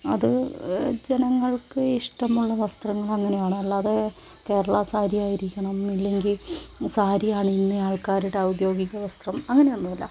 അത് ജനങ്ങൾക്ക് ഇഷ്ടമുള്ള വസ്ത്രങ്ങൾ അങ്ങനെയാണ് അല്ലാതെ കേരള സാരി ആയിരിക്കണം ഇല്ലെങ്കിൽ സാരി അണിയുന്ന ആൾക്കാരുടെ ഔദ്യോഗിക വസ്ത്രം അങ്ങനെയൊന്നുമില്ല